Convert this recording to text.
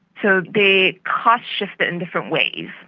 so they cost-shifted in different ways.